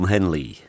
Henley